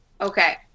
Okay